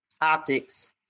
Optics